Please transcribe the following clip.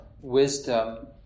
wisdom